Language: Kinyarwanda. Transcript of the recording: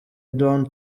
down